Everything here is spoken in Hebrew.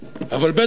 אבל בית-הכלא,